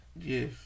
Yes